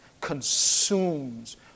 consumes